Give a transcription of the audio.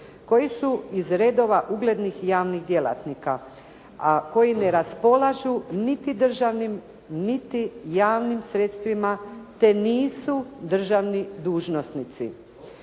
koji su iz redova uglednih i javnih djelatnika, a koji ne raspolažu niti državnim, niti javnim sredstvima te nisu državni dužnosnici